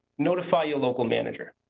notify your local manager.